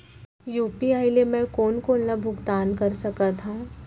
UPI ले मैं कोन कोन ला भुगतान कर सकत हओं?